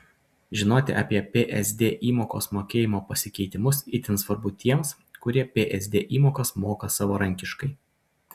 žinoti apie psd įmokos mokėjimo pasikeitimus itin svarbu tiems kurie psd įmokas moka savarankiškai